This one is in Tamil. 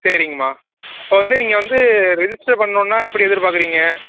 சரிங்கம்மா இப்போ வந்து நீங்கள் வந்து ரிஜிஸ்டர் பண்ணுன்னால் எப்படி எதிர்பார்க்குறீங்க